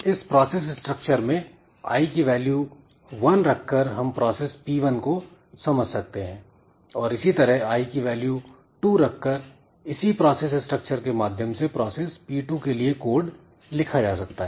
इस process structure में I की वैल्यू 1 रखकर हम प्रोसेस P1 को समझ सकते हैं और इसी तरह i की वैल्यू 2 रखकर इसी प्रोसेस स्ट्रक्चर के माध्यम से प्रोसेस P2 के लिए कोड लिखा जा सकता है